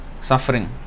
suffering